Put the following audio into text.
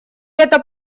эта